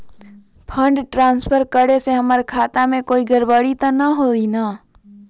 Fund transfer करे से हमर खाता में कोई गड़बड़ी त न होई न?